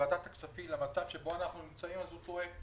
שלוועדת הכספים אין אחריות על המצב שבו אנחנו נמצאים אז הוא טועה.